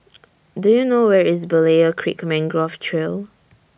Do YOU know Where IS Berlayer Creek Mangrove Trail